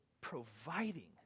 providing